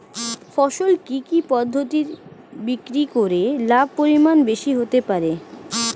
ফসল কি কি পদ্ধতি বিক্রি করে লাভের পরিমাণ বেশি হতে পারবে?